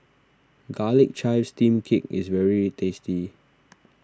Garlic Chives Steamed Cake is very tasty